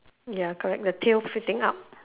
ya correct the tail sitting up